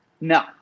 No